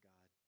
God